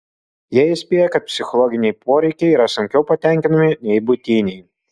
jie įspėja kad psichologiniai poreikiai yra sunkiau patenkinami nei buitiniai